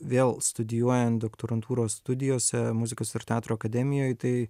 vėl studijuojant doktorantūros studijose muzikos ir teatro akademijoj tai